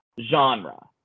genre